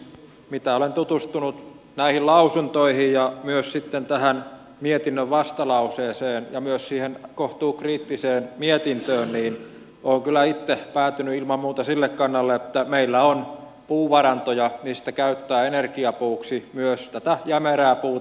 mitä olen tutustunut näihin lausuntoihin ja myös tähän mietinnön vastalauseeseen ja myös siihen kohtuukriittiseen mietintöön niin olen kyllä itse päätynyt ilman muuta sille kannalle että meillä on puuvarantoja mistä käyttää energiapuuksi myös jämerää puuta